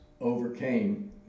overcame